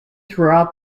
throughout